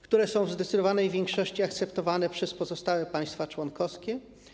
Propozycje w zdecydowanej większości są akceptowane przez pozostałe państwa członkowskie.